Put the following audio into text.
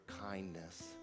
kindness